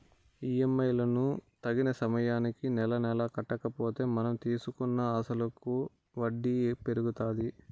EMI లను తగిన సమయానికి నెలనెలా కట్టకపోతే మనం తీసుకున్న అసలుకి వడ్డీ పెరుగుతాది